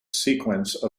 sequence